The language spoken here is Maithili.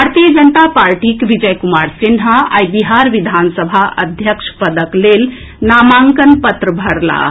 भारतीय जनता पार्टीक विजय कुमार सिन्हा आई बिहार विधानसभा अध्यक्ष पदक लेल नामांकन पत्र भरलाह